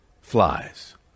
flies